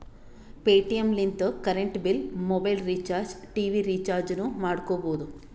Paytm ಲಿಂತ current bill, mobile recharge, TV ರಿಚಾರ್ಜನೂ ಮಾಡ್ಕೋಬೋದು